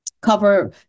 cover